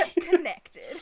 Connected